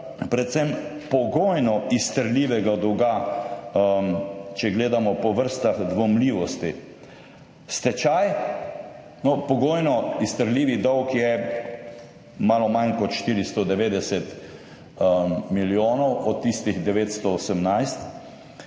predvsem pogojno izterljivega dolga, če gledamo po vrstah dvomljivosti. Stečaj, no, pogojno izterljivi dolg je malo manj kot 490 milijonov, od tistih 918,